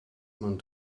man